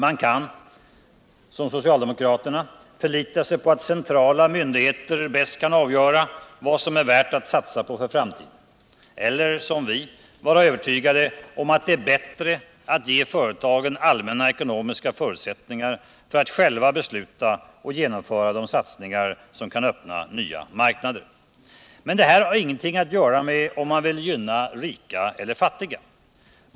Man kan som socialdemokraterna förlita sig på att centrala myndigheter bäst kan avgöra vad som är värt att satsa på för framtiden eller som vi vara övertygade om att det är bättre att ge företagen allmänna ekonomiska förutsättningar för att själva besluta och genomföra de satsningar som kan öppna nya marknader. Men detta har ingenting att göra med om man vill gynna rika eller fattiga.